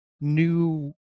new